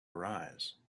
arise